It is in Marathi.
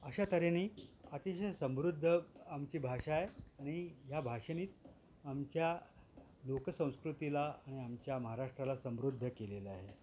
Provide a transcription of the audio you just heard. अशातऱ्हेनी अतिशय समृद्ध आमची भाषा आहे आणि ह्या भाषेनेच आमच्या लोकसंस्कृतीला आणि आमच्या महाराष्ट्राला समृद्ध केलेलं आहे